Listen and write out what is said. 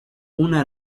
una